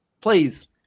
please